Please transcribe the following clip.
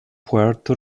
puerto